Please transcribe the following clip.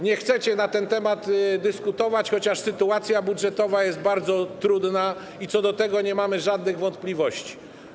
Nie chcecie na ten temat dyskutować, chociaż sytuacja budżetowa jest bardzo trudna i co do tego nie mamy żadnych wątpliwości.